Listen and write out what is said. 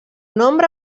nombre